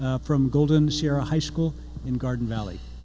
leah from golden zero high school in garden valley